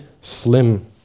slim